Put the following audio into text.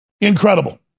incredible